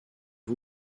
que